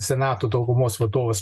senato daugumos vadovas